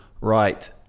Right